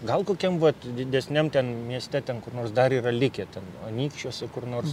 gal kokiam vat didesniam ten mieste ten kur nors dar yra likę ten anykščiuose kur nors